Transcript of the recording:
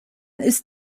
ist